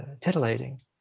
titillating